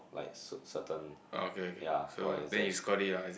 like cer~ certain yeah for exams